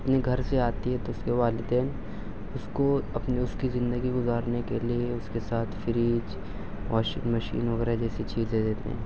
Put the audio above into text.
اپنے گھر سے آتی ہے تو اس کے والدین اس کو اپنے اس کی زندگی گزارنے کے لیے اس کے ساتھ فریج واشنگ مشین وغیرہ جیسی چیزیں دیتے ہیں